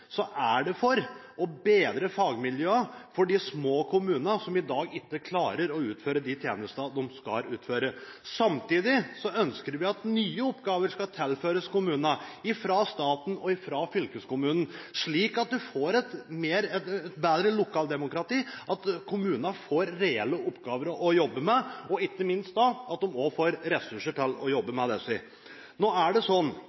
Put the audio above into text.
er det for å bedre fagmiljøene for de små kommunene som i dag ikke klarer å utføre de tjenestene de skal utføre. Samtidig ønsker vi at nye oppgaver skal tilføres kommunene fra staten og fylkeskommunen, slik at du får et bedre lokaldemokrati, at kommuner får reelle oppgaver å jobbe med, og ikke minst at de også får ressurser til å jobbe med disse. Nå er det sånn